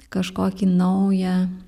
kažkokį naują